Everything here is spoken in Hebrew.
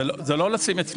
זה לא לשים אצלי.